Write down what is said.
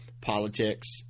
politics